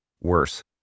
worse